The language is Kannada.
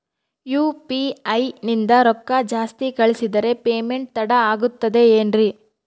ಯು.ಪಿ.ಐ ನಿಂದ ರೊಕ್ಕ ಜಾಸ್ತಿ ಕಳಿಸಿದರೆ ಪೇಮೆಂಟ್ ತಡ ಆಗುತ್ತದೆ ಎನ್ರಿ?